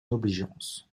obligeance